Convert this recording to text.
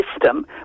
system